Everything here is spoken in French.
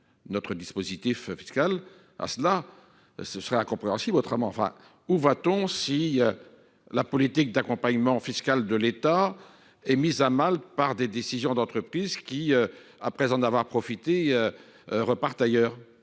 notre dispositif fiscal en fonction. Autrement, ce serait incompréhensible. Où va t on si la politique d’accompagnement fiscal de l’État est mise à mal par des décisions d’entreprises, qui, après en avoir profité, partent ailleurs ?